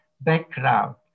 background